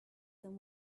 them